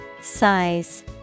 Size